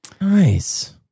Nice